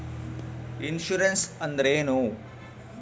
Insurance ಅಂದ್ರೇನು?